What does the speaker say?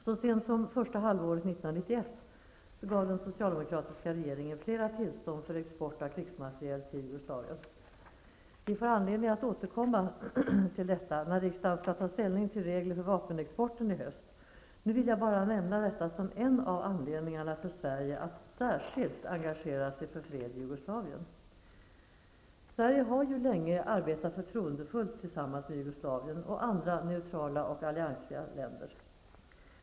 Så sent som första halvåret 1991 gav den socialdemokratiska regeringen flera tillstånd för export av krigsmateriel till Jugoslavien. Vi får anledning att återkomma till detta när riksdagen skall ta ställning till regler för vapenexporten i höst. Nu vill jag bara nämna detta som en av anledningarna för Sverige att särskilt engagera sig för fred i Jugoslavien. Sverige har länge arbetat förtroendefullt tillsammans med Jugoslavien och andra neutrala alliansfria länder.